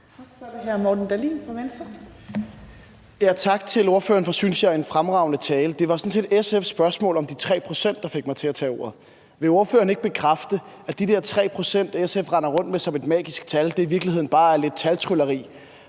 Kl. 17:32 Morten Dahlin (V): Tak til ordføreren for en, synes jeg, fremragende tale. Det var sådan set SF's spørgsmål om de 3 pct., der fik mig til at tage ordet. Vil ordføreren ikke bekræfte, at de der 3 pct., SF render rundt med som et magisk tal, i virkeligheden bare er lidt taltrylleri,